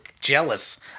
jealous